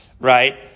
right